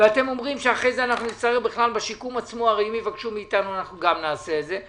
ואתם אומרים שאחרי זה בשיקום עצמו אם יבקשו מכם אתם גם תעשו את זה,